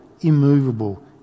immovable